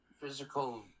physical